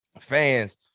fans